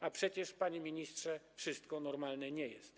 A przecież, panie ministrze, wszystko normalnie nie jest.